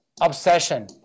obsession